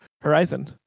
Horizon